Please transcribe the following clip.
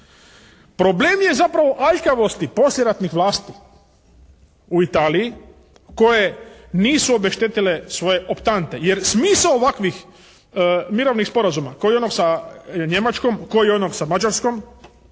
Problem je zapravo aljkavosti poslijeratnih vlasti u Italiji koje nisu obeštetile svoje optante, jer smisao ovakvih mirovnih sporazuma kao i onog sa Njemačkom, kao i onog sa Mađarskom